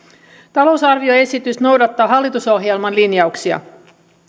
talousarvioesitys noudattaa hallitusohjelman linjauksia